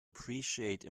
appreciate